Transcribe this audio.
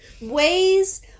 ways –